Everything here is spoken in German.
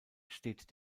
steht